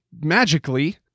magically